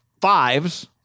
fives